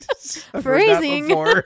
Phrasing